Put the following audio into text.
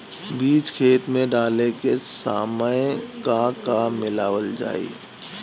बीज खेत मे डाले के सामय का का मिलावल जाई?